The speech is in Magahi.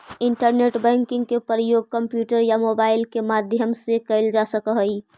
इंटरनेट बैंकिंग के प्रयोग कंप्यूटर या मोबाइल के माध्यम से कैल जा सकऽ हइ